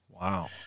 Wow